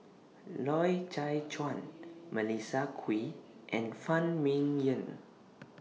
Loy Chye Chuan Melissa Kwee and Phan Ming Yen